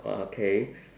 okay